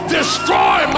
destroy